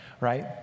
Right